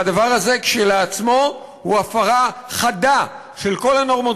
והדבר הזה כשלעצמו הוא הפרה חדה של כל הנורמות